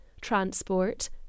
transport